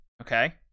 Okay